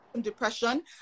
depression